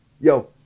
yo